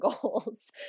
goals